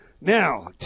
Now